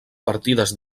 partides